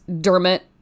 Dermot